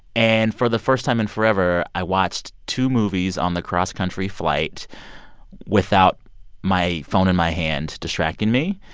and for the first time in forever, i watched two movies on the cross-country flight without my phone in my hand distracting me.